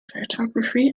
photography